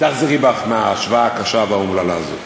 תחזרי בך מההשוואה הקשה והאומללה הזאת.